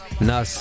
Nas